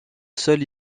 sol